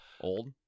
Old